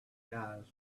guys